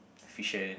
efficient